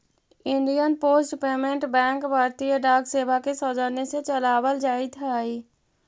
Indian post payment bank भारतीय डाक सेवा के सौजन्य से चलावल जाइत हइ